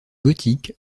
gothique